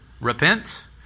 Repent